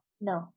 No